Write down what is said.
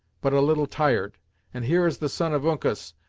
but a little tired and here is the son of uncas,